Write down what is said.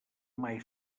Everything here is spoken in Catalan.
mai